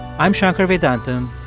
i'm shankar vedantam,